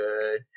good